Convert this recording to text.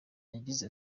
yagize